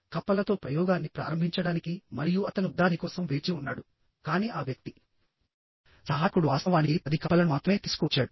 కప్పలతో ప్రయోగాన్ని ప్రారంభించడానికి మరియు అతను దాని కోసం వేచి ఉన్నాడుకానీ ఆ వ్యక్తి సహాయకుడు వాస్తవానికి పది కప్పలను మాత్రమే తీసుకువచ్చాడు